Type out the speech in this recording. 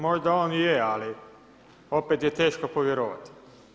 Možda on i je, ali opet je teško povjerovati.